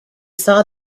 saw